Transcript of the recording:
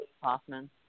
Hoffman